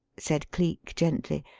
said cleek, gently.